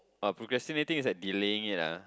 ah procrastinating is like delaying it la